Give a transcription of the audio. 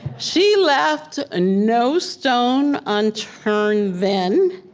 she left ah no stone unturned then,